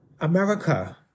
America